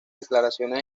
declaraciones